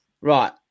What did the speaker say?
Right